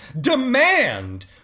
demand